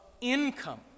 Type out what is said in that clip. income